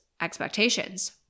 expectations